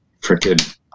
frickin